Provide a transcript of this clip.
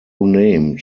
named